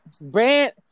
Brant